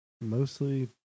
mostly